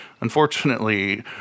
Unfortunately